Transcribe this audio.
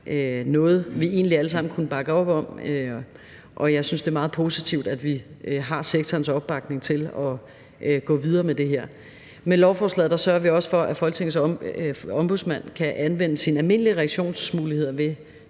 noget, vi egentlig alle sammen kunne bakke op om, og jeg synes, det er meget positivt, at vi har sektorens opbakning til at gå videre med det her. Med lovforslaget sørger vi også for, at Folketingets Ombudsmand kan anvende sine almindelige reaktionsmuligheder ved